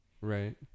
Right